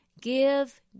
give